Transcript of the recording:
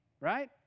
right